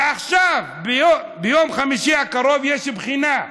ועכשיו, ביום חמישי הקרוב, יש בחינה,